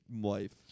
wife